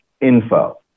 info